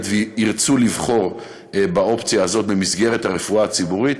וירצו לבחור באופציה הזאת במסגרת הרפואה הציבורית,